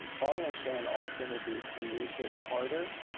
following shannon alston will be kenisha carter.